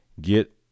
get